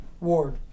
Ward